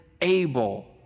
able